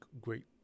great